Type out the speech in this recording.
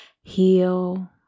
heal